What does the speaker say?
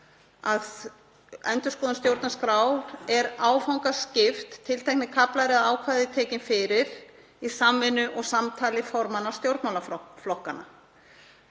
sem endurskoðun á stjórnarskrá er áfangaskipt og tilteknir kaflar eða ákvæði tekin fyrir í samvinnu og samtali formanna stjórnmálaflokkanna.